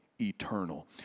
eternal